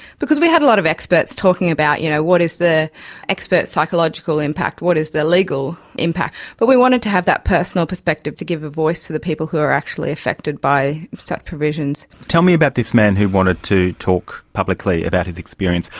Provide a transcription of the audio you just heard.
because we had a lot of experts talking about, you know, what is the expert psychological impact, what is the legal impact, but we wanted to have that personal perspective to give a voice to the people who are actually affected by such provisions. tell me about this man who wanted to talk publicly about his experience.